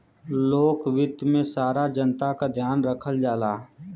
लोक वित्त में सारा जनता क ध्यान रखल जाला